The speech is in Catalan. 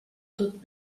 tot